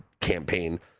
campaign